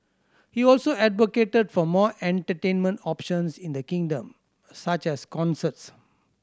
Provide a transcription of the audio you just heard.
he also advocated for more entertainment options in the kingdom such as concerts